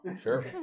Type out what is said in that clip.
sure